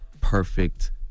perfect